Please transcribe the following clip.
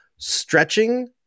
stretching